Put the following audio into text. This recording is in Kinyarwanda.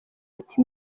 ati